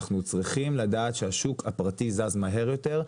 אנחנו צריכים לדעת שהשוק הפרטי זז מהר יותר.